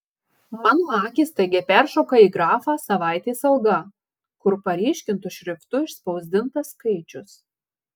mano akys staigiai peršoka į grafą savaitės alga kur paryškintu šriftu išspausdintas skaičius